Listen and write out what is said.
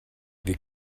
wir